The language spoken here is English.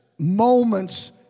moments